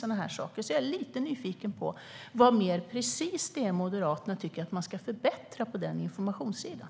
Därför är jag lite nyfiken på vad mer exakt Moderaterna tycker att man ska förbättra på informationssidan.